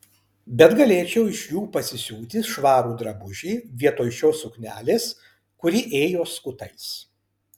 bet galėčiau iš jų pasisiūti švarų drabužį vietoj šios suknelės kuri ėjo skutais